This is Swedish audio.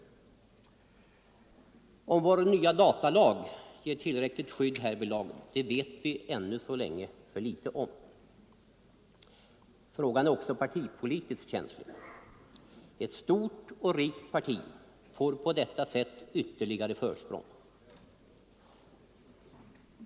Huruvida vår nya datalag ger tillräckligt skydd härvidlag vet vi ännu så länge för litet om. Frågan är också partipolitiskt känslig. Ett stort och rikt parti får på detta sätt ytterligare försprång.